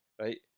right